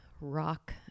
rock